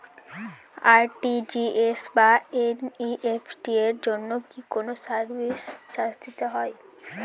RTGS বা NEFT এর জন্য কি কোনো সার্ভিস চার্জ দিতে হয়?